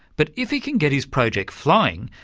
but if he can get his project flying,